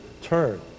turn